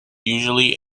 usually